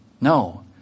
No